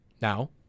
now